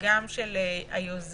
גם של היוזם